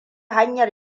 hanyar